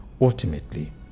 ultimately